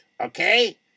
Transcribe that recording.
Okay